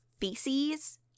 feces